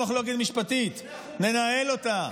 מחלוקת משפטית, ננהל אותה.